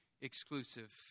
exclusive